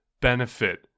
benefit